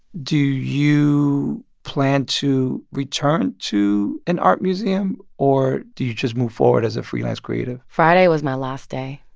do you plan to return to an art museum, or do you just move forward as a freelance creative? friday was my last day.